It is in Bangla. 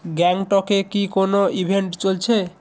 গ্যাংটকে কি কোনো ইভেন্ট চলছে